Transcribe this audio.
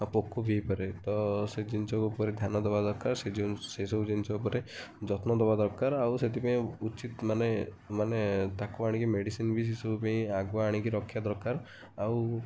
ଆଉ ପୋକ ବି ହୋଇପାରେ ତ ସେ ଜିନିଷ ଉପରେ ଧ୍ୟାନ ଦେବା ଦରକାର ସେ ଜିନ୍ ସେସବୁ ଜିନିଷ ଉପରେ ଯତ୍ନ ଦେବା ଦରକାର ଆଉ ସେଥିପାଇଁ ଉଚିତ୍ ମାନେ ମାନେ ତାକୁ ଆଣିକି ମେଡ଼ିସିନ୍ ବି ସେ ସବୁ ପାଇଁ ଆଗୁଆ ଆଣିକି ରଖିବା ଦରକାର ଆଉ